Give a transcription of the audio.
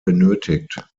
benötigt